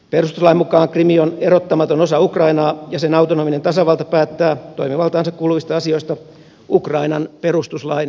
perustuslain mukaan krim on erottamaton osa ukrainaa ja sen autonominen tasavalta päättää toimivaltaansa kuuluvista asioista ukrainan perustuslain sallimissa rajoissa